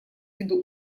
виду